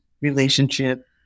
relationship